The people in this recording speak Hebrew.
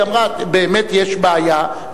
והיא אמרה: באמת יש בעיה.